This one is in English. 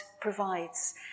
provides